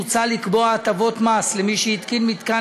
מוצע לקבוע הטבות מס למי שהתקין מתקן